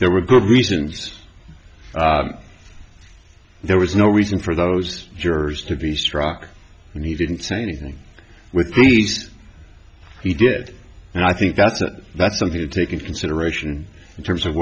there were good reasons there was no reason for those jurors to be struck and he didn't say anything with these he did and i think that's that's something to take into consideration in terms of